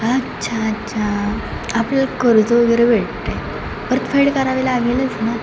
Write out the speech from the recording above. अच्छा अच्छा आपल्याला कर्ज वगैरे भेटते परतफेड करावी लागेलच ना